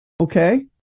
Okay